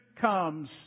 comes